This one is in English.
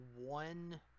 one